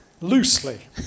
Loosely